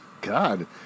God